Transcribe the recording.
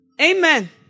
Amen